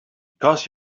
because